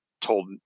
told